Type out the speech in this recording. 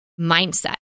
mindset